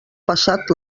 passat